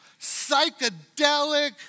psychedelic